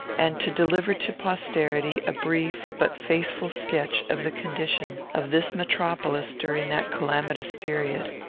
and to deliver to posterity a brief but faithful sketch of the condition of this metropolis during that calamitous period.